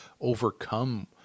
overcome